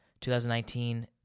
2019